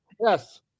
yes